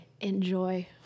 Enjoy